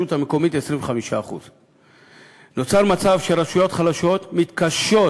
המקומית 25%. נוצר מצב שרשויות חלשות מתקשות